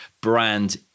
brand